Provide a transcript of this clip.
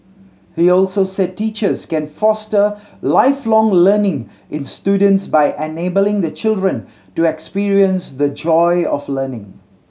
he also said teachers can foster Lifelong Learning in students by enabling the children to experience the joy of learning